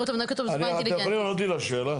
אותה --- אתם מוכנים לענות לי לשאלה?